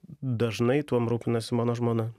dažnai tuom rūpinasi mano žmona